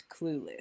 Clueless